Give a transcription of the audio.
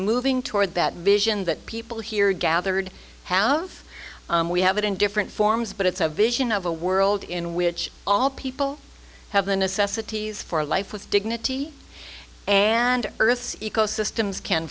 moving toward that vision that people here gathered have we have it in different forms but it's a vision of a world in which all people have the necessities for life with dignity and earth's ecosystems can